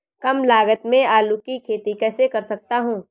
कम लागत में आलू की खेती कैसे कर सकता हूँ?